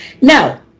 Now